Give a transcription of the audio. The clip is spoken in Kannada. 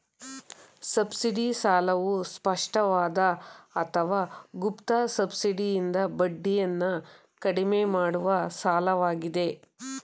ಸಬ್ಸಿಡಿ ಸಾಲವು ಸ್ಪಷ್ಟವಾದ ಅಥವಾ ಗುಪ್ತ ಸಬ್ಸಿಡಿಯಿಂದ ಬಡ್ಡಿಯನ್ನ ಕಡಿಮೆ ಮಾಡುವ ಸಾಲವಾಗಿದೆ